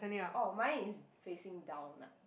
orh my is facing down lah